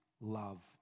love